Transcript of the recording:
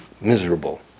Miserable